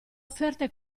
offerte